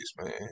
man